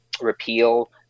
repeal